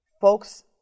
folks